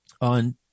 on